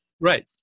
Right